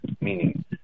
meaning